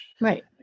Right